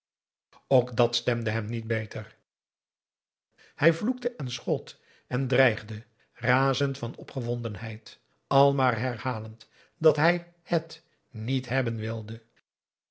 ook dàt stemde hem niet beter hij vloekte en schold en dreigde razend van opgewondenheid al maar herhalend dat hij het niet hebben wilde